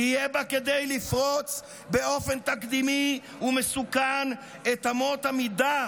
יהיה בה כדי לפרוץ באופן תקדימי ומסוכן את אמות המידה